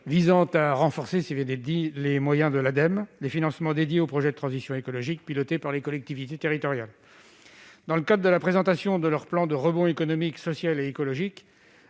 visant à renforcer, au travers d'une hausse des moyens de l'Ademe, les financements dédiés aux projets de transition écologique pilotés par les collectivités territoriales. Dans le cadre de la présentation de leur plan « pour un rebond économique, social et écologique